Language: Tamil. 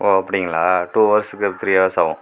ஓ அப்படிங்களா டூ அவர்ஸ் இல்லை த்ரீ அவர்ஸ் ஆகும்